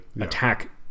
Attack